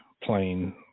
plane